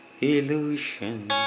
illusion